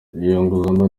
yungamo